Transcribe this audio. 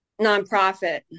nonprofit